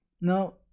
Now